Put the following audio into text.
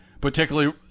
particularly